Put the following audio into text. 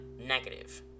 negative